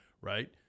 right